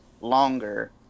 longer